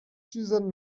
suzanne